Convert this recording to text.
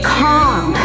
calm